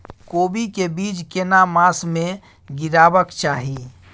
कोबी के बीज केना मास में गीरावक चाही?